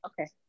Okay